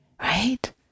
Right